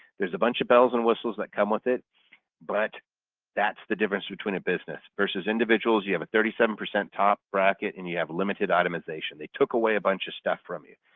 there's a bunch of bells and whistles that come with it but that's the difference between a business versus individuals you have a thirty seven percent top bracket and you have a limited itemization. they took away a bunch of stuff from you.